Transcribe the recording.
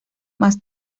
más